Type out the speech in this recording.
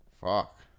Fuck